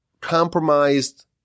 compromised